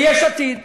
ביש עתיד.